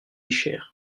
cher